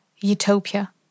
utopia